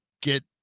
get